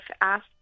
asked